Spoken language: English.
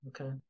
Okay